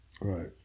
Right